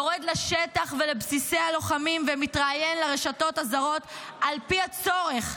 יורד לשטח ולבסיסי הלוחמים ומתראיין לרשתות הזרות על פי הצורך,